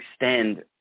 extend